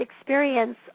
experience